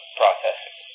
processing